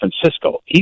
Francisco